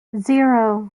zero